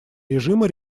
режима